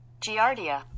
Giardia